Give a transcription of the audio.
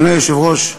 אדוני היושב-ראש,